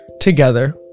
together